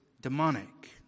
demonic